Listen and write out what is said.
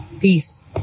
Peace